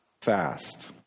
fast